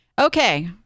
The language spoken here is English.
Okay